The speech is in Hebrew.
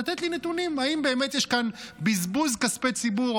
לתת לי נתונים אם באמת יש כאן בזבוז כספי ציבור,